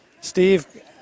Steve